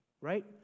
right